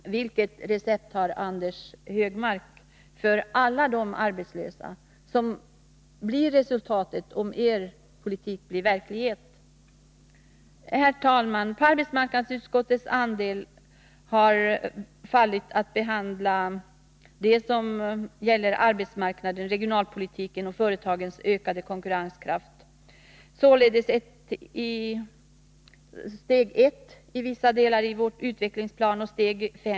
Vilket råd har Anders Högmark att ge alla dem som blir arbetslösa om er politik blir verklighet? Herr talman! På arbetsmarknadsutskottets andel har fallit att behandla det som gäller arbetsmarknaden, regionalpolitiken och företagens ökade konkurrenskraft, således steg ett i vissa delar och steg fem i utvecklingsplanen.